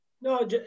No